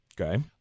Okay